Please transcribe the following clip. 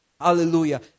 Hallelujah